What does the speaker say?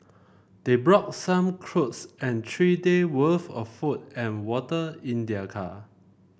they brought some clothes and three day' worth of food and water in their car